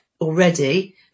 already